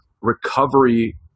recovery